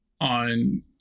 on